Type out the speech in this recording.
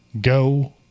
go